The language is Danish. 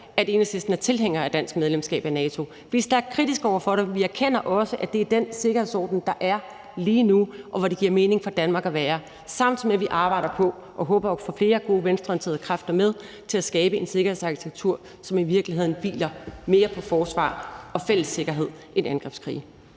at Enhedslisten er tilhængere af et dansk medlemskab af NATO. Vi er stærkt kritiske over for det, men vi erkender også, at det er den sikkerhedsorden, der er lige nu, og hvor det giver mening for Danmark at være, samtidig med at vi jo arbejder på og håber på at få flere gode venstreorienterede kræfter med til at skabe en sikkerhedsarkitektur, som i virkeligheden hviler mere på forsvar og fælles sikkerhed end angrebskrige.